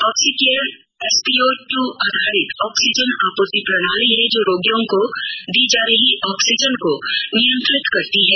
Oxycare SpO two आधारित oxygen आपूर्ति प्रणाली है जो रोगियों को दी जा रही ऑक्सीजन को नियंत्रित रखती है